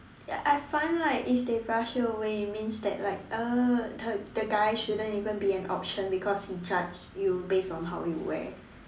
ya I find like if they brush you away it means that like uh the the guy shouldn't even be an option because he judge you based on how you wear